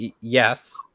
yes